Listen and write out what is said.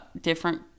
different